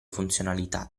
funzionalità